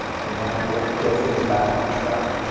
and that will get things back on track.